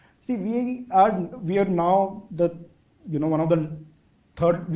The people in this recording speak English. see, we are we are now that you know one of the third,